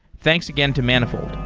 thanks again to manifold.